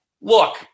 look